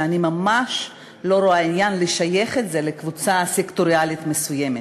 כך שאני ממש לא רואה עניין לשייך את זה לקבוצה סקטוריאלית מסוימת.